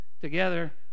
Together